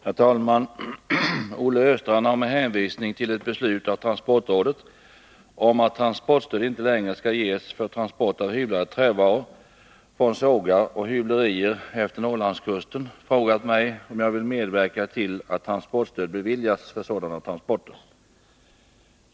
Herr talman! Olle Östrand har med hänvisning till ett beslut av transportrådet om att transportstöd inte längre skall ges för transport av hyvlade trävaror från sågar och hyvlerier efter Norrlandskusten frågat mig om jag vill medverka till att transportstöd beviljas för sådana transporter.